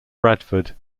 bradford